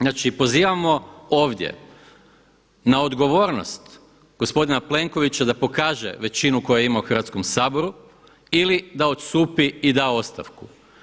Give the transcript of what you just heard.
Znači pozivamo ovdje na odgovornost gospodina Plenkovića da pokaže većinu koju ima u Hrvatskom saboru ili da odstupi i da ostavku.